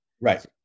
Right